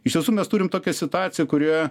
iš tiesų mes turim tokią situaciją kurioje